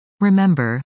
remember